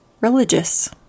Religious